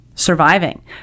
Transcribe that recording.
surviving